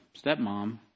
stepmom